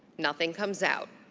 nothing comes out.